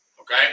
Okay